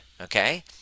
Okay